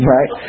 Right